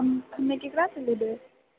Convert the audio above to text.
हमे केकरासँ लेबै